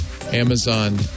Amazon